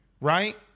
right